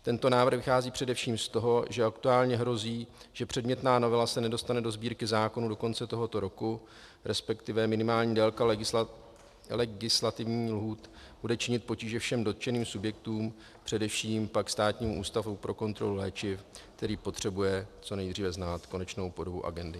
Tento návrh vychází především z toho, že aktuálně hrozí, že předmětná novela se nedostane do Sbírky zákonů do konce tohoto roku, respektive minimální délka legislativních lhůt bude činit potíže všem dotčeným subjektům, především pak Státnímu ústavu pro kontrolu léčiv, který potřebuje co nejdříve znát konečnou podobu agendy.